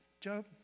Job